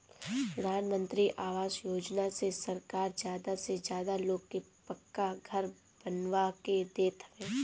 प्रधानमंत्री आवास योजना से सरकार ज्यादा से ज्यादा लोग के पक्का घर बनवा के देत हवे